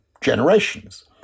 generations